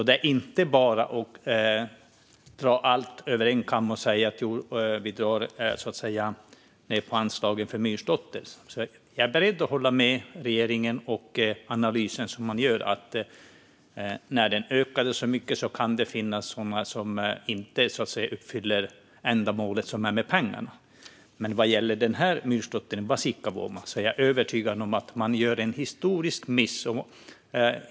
Det är alltså inte bara att dra allt över en kam och säga att vi drar ned på anslagen till myrslåtter. Jag är beredd att hålla med regeringen i analysen att kan det finnas sådana som inte uppfyller ändamålet med pengarna när det ökade så mycket. Men vad gäller den här myrslåttern i Vasikkavuoma är jag övertygad om att man gör en historisk miss.